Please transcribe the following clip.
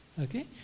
okay